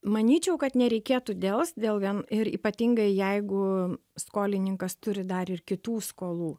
manyčiau kad nereikėtų delst dėl vien ir ypatingai jeigu skolininkas turi dar ir kitų skolų